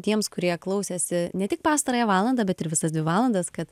tiems kurie klausėsi ne tik pastarąją valandą bet ir visas dvi valandas kad